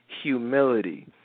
humility